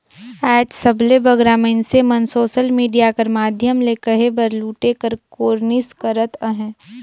आएज सबले बगरा मइनसे मन सोसल मिडिया कर माध्यम ले कहे बर लूटे कर कोरनिस करत अहें